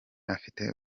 afite